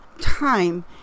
time